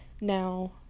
Now